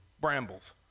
brambles